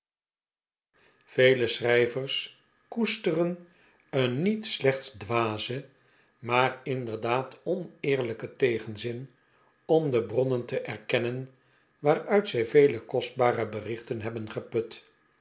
vele schrijvers koesteren een niet slechts dwazen maar inderdaad oneerlijken tegenzin om de bronnen te erkennen waaruit zij vele kostbare berichten hebben geput